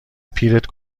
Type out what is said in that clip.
پیرت